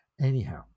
Anyhow